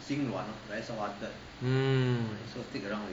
mm